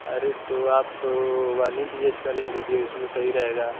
अरे तो आप तो वन ही बी एच का ले लीजिए उसमें सही रहेगा